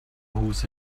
whose